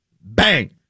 Bang